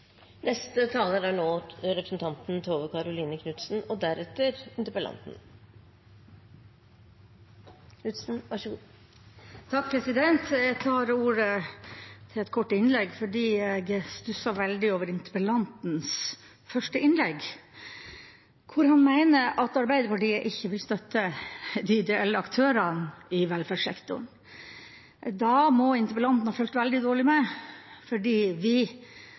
Jeg tar ordet til et kort innlegg fordi jeg stusset veldig over interpellantens første innlegg, der han mener at Arbeiderpartiet ikke vil støtte de ideelle aktørene i velferdssektoren. Da må interpellanten ha fulgt veldig dårlig med, for vi